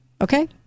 Okay